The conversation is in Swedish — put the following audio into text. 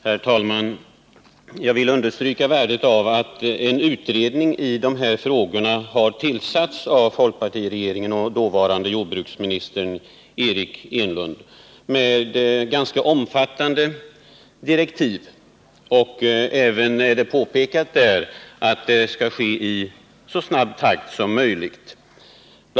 Herr talman! Jag vill understryka värdet av att en utredning i dessa frågor har tillsatts av den förutvarande folkpartiregeringen med dess jordbruksminister Eric Enlund. Den har fått ganska omfattande direktiv. Det påpekas också att den skall arbeta så snabbt som möjligt.